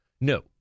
No